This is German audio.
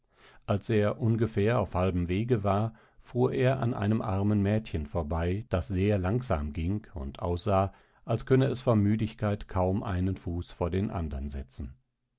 als er ungefähr auf halbem wege war fuhr er an einem armen mädchen vorbei das sehr langsam ging und aussah als könnte es vor müdigkeit kaum einen fuß vor den andern setzen